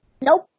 nope